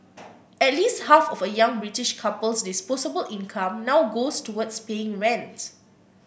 at least half of a young British couple's disposable income now goes towards paying rent